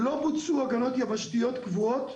לא בוצעו הגנות יבשתיות קבועות.